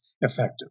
effective